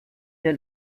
der